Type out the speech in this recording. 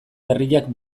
berriak